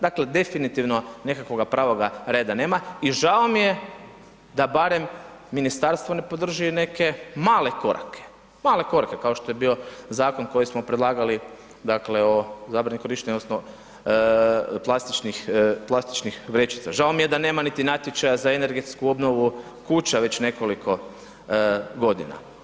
Dakle definitivno nekakvoga pravoga reda nema i žao mi je da barem Ministarstvo ne podrži neke male korake, male korake kao što je bio Zakon koji smo predlagali, dakle o zabrani korištenja odnosno plastičnih, plastičnih vrećica, žao mi je da nema niti natječaja za energetsku obnovu kuća već nekoliko godina.